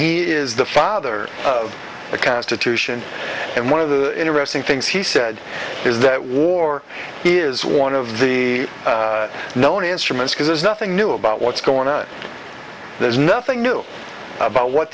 he is the father of the constitution and one of the interesting things he said is that war is one of the known instruments because there's nothing new about what's going on there's nothing new about what